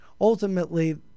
Ultimately